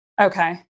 Okay